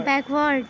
backward